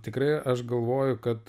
tikrai aš galvoju kad